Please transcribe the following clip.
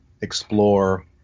explore